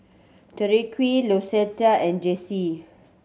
Tyrique Lucetta and Jaycie